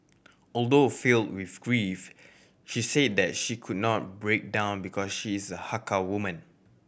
although filled with grief she said that she could not break down because she is a Hakka woman